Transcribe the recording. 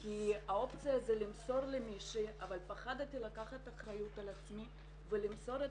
כי האופציה היא למסור למישהי אבל פחדתי לקחת אחריות על עצמי ולמסור את